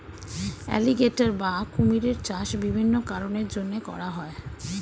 alligator বা কুমিরের চাষ বিভিন্ন কারণের জন্যে করা হয়